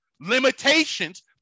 limitations